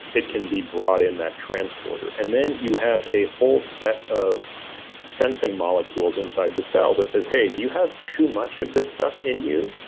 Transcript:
it can be brought in that transporter. and then you have a whole set of sensing molecules inside the cell that says, hey, do you have too much of this stuff in you?